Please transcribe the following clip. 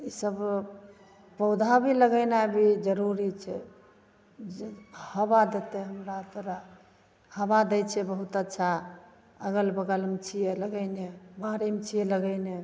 ई सब पौधाभी लगेनाइ भी जरूरी छै हबा देतै हमरा तोरा हबा दै छै बहुत अच्छा अगल बगलमे छियै लगैने बाड़ीमे छियै लगैने